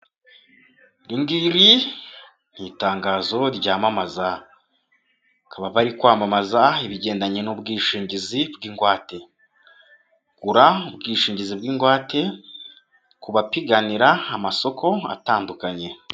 Iri ngiri ni itangazo ryamamaza bakaba bari kwamamaza ibigendanye n'ubwishingizi bw'ingwate. Gura ubwishingizi bw'ingwate, ku bapiganira amasoko atandukanye.